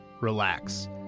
relax